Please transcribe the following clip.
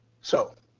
so